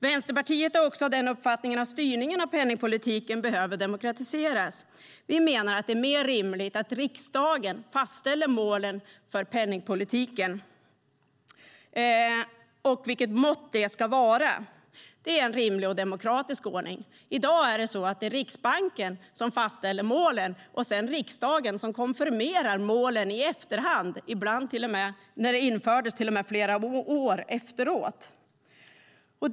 Vänsterpartiet är också av den uppfattningen att styrningen av penningpolitiken behöver demokratiseras. Vi menar att det är mer rimligt att riksdagen fastställer målen för penningpolitiken och vilket mått det ska vara. Det är en rimlig och demokratisk ordning. I dag är det Riksbanken som fastställer målen och sedan konfirmerar riksdagen målen i efterhand. När det infördes skedde det till och med flera år efteråt.